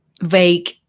vague